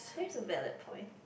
that's a valid point